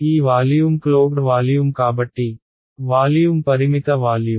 ఈ volume closed volume కాబట్టి volume పరిమిత వాల్యూమ్